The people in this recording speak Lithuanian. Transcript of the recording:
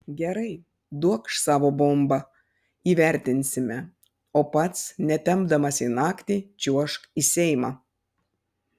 gerai duokš savo bombą įvertinsime o pats netempdamas į naktį čiuožk į seimą